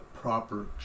proper